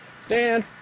Stand